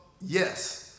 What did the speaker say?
yes